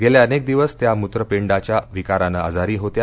गेले अनेक दिवस त्या मुत्रपिंडाच्या विकारानं आजारी होत्या